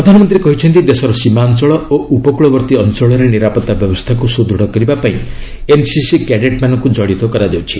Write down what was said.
ପ୍ରଧାନମନ୍ତ୍ରୀ କହିଛନ୍ତି ଦେଶର ସୀମା ଅଞ୍ଚଳ ଓ ଉପକୃଳବର୍ତ୍ତୀ ଅଞ୍ଚଳରେ ନିରାପତ୍ତା ବ୍ୟବସ୍ଥାକୁ ସୁଦୃଢ଼ କରିବା ପାଇଁ ଏନ୍ସିସି କ୍ୟାଡେଟ୍ମାନଙ୍କୁ ଜଡ଼ିତ କରାଯାଉଛି